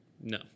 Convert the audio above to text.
no